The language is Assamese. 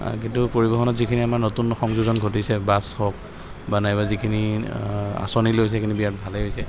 কিন্তু পৰিবহণত যিখিনি আমাৰ নতুন সংযোজন ঘটিছে বাছ হওক বা নাইবা যিখিনি আঁচনি লৈছে সেইখিনি বিৰাট ভালেই হৈছে